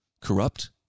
corrupt